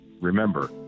remember